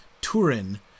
Turin